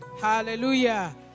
Hallelujah